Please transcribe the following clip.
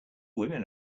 women